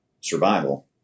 survival